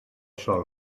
sol